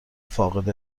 فاقد